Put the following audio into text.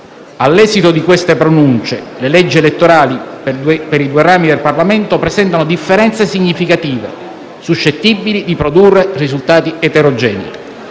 All'esito di queste pronunce, le leggi elettorali per i due rami del Parlamento presentano differenze significative, suscettibili di produrre risultati eterogenei.